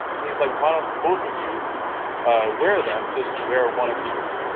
he's like, why don't both of you wear them, just where one apiece.